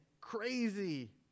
crazy